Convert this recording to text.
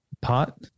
pot